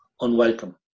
unwelcome